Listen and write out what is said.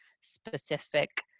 specific